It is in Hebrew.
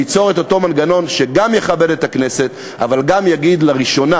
ליצור את אותו מנגנון שגם יכבד את הכנסת אבל יגיד לראשונה